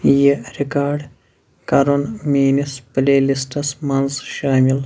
یہِ رِکاڈ کَرُن میٛٲنِس پٕلے لِسٹَس منٛز شٲمِل